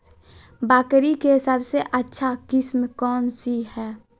बकरी के सबसे अच्छा किस्म कौन सी है?